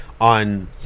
on